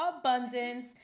abundance